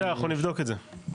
אנחנו נבדוק את זה.